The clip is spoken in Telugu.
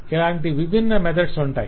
ఇలాంటి విభిన్న మెథడ్స్ ఉంటాయి